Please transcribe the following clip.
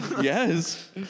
Yes